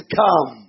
come